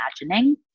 imagining